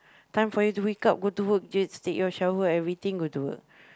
time for you to wake up go to work just take your shower everything go to work